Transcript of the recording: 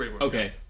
Okay